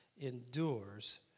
endures